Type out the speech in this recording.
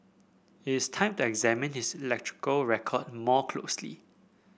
it is time to examine his electoral record more closely